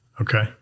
Okay